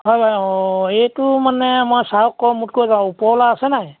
হয় বাৰু অঁ এইটো মানে মই ছাৰক ক'ম মোতকৈ ওপৰৱালা আছে নাই